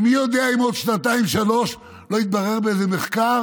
ומי יודע אם בעוד שנתיים-שלוש לא יתברר באיזה מחקר